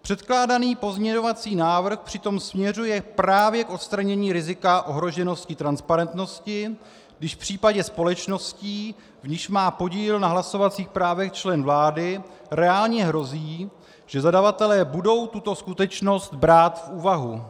Předkládaný pozměňovací návrh přitom směřuje právě k odstranění rizika ohroženosti transparentnosti, když v případě společnosti, v níž má podíl na hlasovacích právech člen vlády, reálně hrozí, že zadavatelé budou tuto skutečnost brát v úvahu.